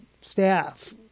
staff